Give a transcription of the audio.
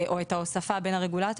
או את ההוספה בין הרגולטורים.